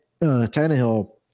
Tannehill